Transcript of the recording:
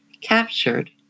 captured